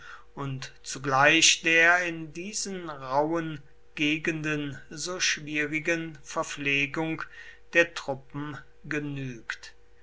und zugleich der in diesen rauben gegenden so schwierigen verpflegung der truppen genügt